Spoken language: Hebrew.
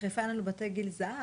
בחיפה אין לנו בתי גיל זהב,